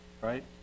Right